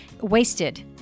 wasted